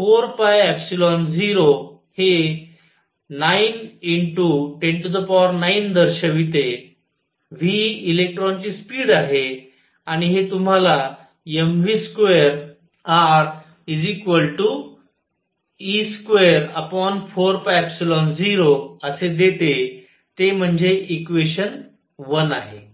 4 0 हे 9 ×109दर्शवते v इलेक्ट्रॉनची स्पीड आहे आणि हे तुम्हाला mv2r e24π0 असे देते ते म्हणजे इक्वेशन 1 आहे